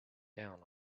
down